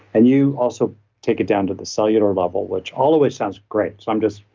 and you also take it down to the cellular level, which always sounds great. so i'm just,